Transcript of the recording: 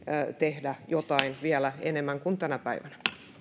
tehdä jotain vielä enemmän kuin tänä päivänä